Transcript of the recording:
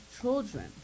children